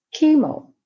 chemo